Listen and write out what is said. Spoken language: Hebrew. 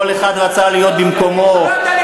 כל אחד רצה להיות במקומו, לא יודע לגמור משפט.